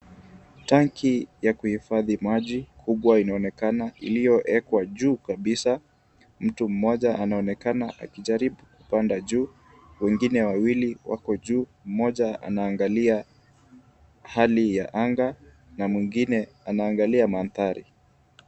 Tanki ya kuhifadhi maji kubwa inaonekana iliyoekwa juu kabisa. Mtu mmoja anaoenakana akijaribu kupanda juu. Wengine wawili wako juu. Mmoja anaangalia hali ya anga na mwingine anaangalia mandhari.